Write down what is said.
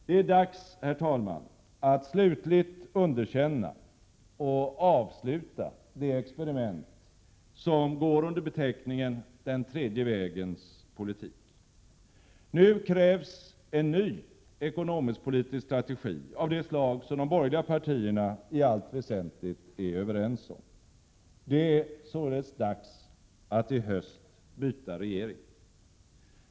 Det är dags, herr talman, att slutligt underkänna och avsluta det experiment som går under beteckningen den tredje vägens politik. Nu krävs en ny ekonomisk-politisk strategi av det slag som de borgerliga partierna i allt väsentligt är överens om. Det är således dags att i höst byta regering.